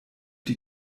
die